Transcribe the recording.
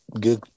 good